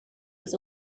was